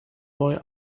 boy